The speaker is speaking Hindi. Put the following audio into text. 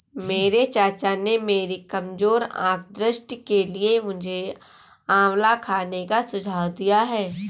मेरे चाचा ने मेरी कमजोर आंख दृष्टि के लिए मुझे आंवला खाने का सुझाव दिया है